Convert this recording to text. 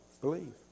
Believe